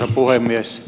arvoisa puhemies